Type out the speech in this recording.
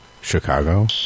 Chicago